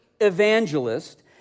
evangelist